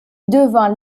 devint